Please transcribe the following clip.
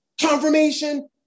Confirmation